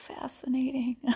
fascinating